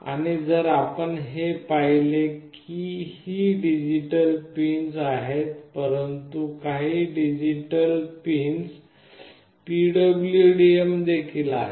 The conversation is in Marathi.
आणि जर आपण हे पाहिले की ही डिजिटल पिनस आहेत परंतु काही डिजिटल पिनस PWM देखील आहेत